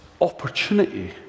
opportunity